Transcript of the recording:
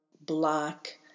black